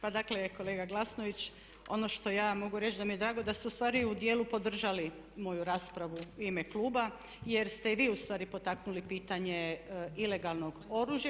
Pa dakle kolega Glasnović ono što ja mogu reći da mi je drago da ste ustvari u dijelu podržali moju raspravu u ime kluba jer ste i vi ustvari potaknuli pitanje ilegalnog oružja.